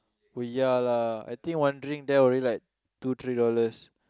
oh ya lah I think one drink there already like two three dollars